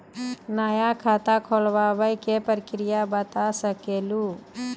नया खाता खुलवाए के प्रक्रिया बता सके लू?